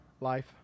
life